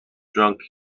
drunk